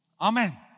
Amen